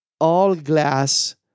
all-glass